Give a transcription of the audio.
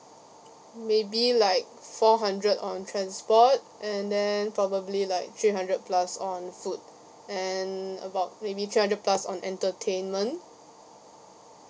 maybe like four hundred on transport and then probably like three hundred plus on food and about maybe three hundred plus on entertainment